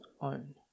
own